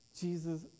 Jesus